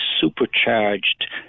supercharged